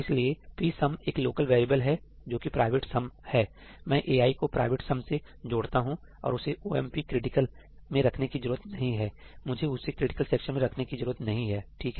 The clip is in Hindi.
इसलिए psum एक लोकल वेरिएबल है जो कि प्राइवेट सम है मैं ai को प्राइवेट सम से जोड़ता हूं और उसे ओएमपी क्रिटिकल में रखने की जरूरत नहीं है मुझे उसे क्रिटिकल सेक्शन में रखने की जरूरत नहीं है ठीक है